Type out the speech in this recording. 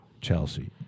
Chelsea